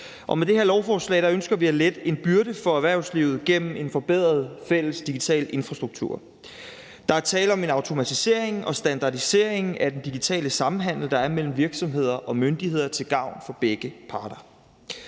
Med det her lovforslag ønsker vi at lette en byrde for erhvervslivet gennem en forbedret fælles digital infrastruktur. Der er tale om en automatisering og standardisering af den digitale samhandel, der er mellem virksomheder og myndigheder, til gavn for begge parter.